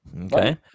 Okay